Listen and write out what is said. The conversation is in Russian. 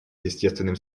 естественным